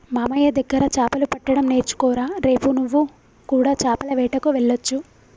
మామయ్య దగ్గర చాపలు పట్టడం నేర్చుకోరా రేపు నువ్వు కూడా చాపల వేటకు వెళ్లొచ్చు